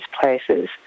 places